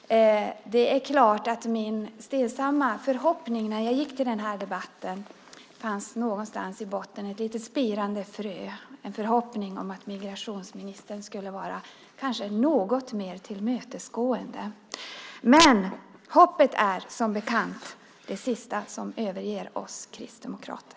Det är klart att i min stillsamma förhoppning när jag gick till den här debatten fanns någonstans i botten ett litet spirande frö. Det var en förhoppning om att migrationsministern kanske skulle vara något mer tillmötesgående. Men hoppet är som bekant det sista som överger oss kristdemokrater.